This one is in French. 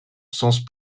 sens